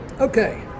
Okay